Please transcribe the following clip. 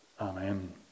Amen